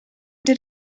did